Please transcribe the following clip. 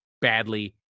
badly